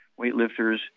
weightlifters